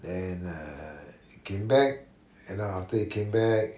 then uh he came back you know after he came back